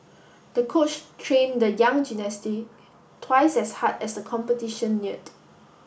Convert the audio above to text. the coach train the young twice as hard as the competition neared